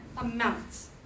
amounts